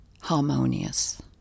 harmonious